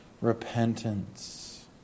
repentance